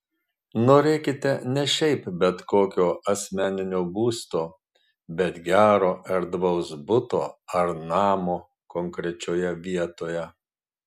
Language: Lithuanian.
norėkite ne šiaip bet kokio asmeninio būsto bet gero erdvaus buto ar namo konkrečioje vietoje